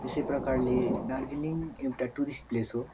त्यसै प्रकारले दार्जिलिङ एउटा टुरिस्ट प्लेस हो